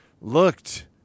looked